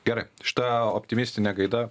gerai šita optimistine gaida